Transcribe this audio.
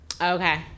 Okay